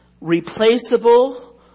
replaceable